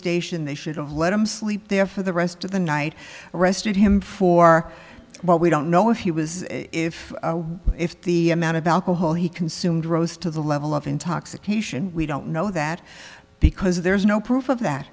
station they should have let him sleep there for the rest of the night arrested him for what we don't know if he was if if the amount of alcohol he consumed rose to the level of intoxication we don't know that because there's no proof of that